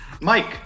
Mike